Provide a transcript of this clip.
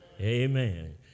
amen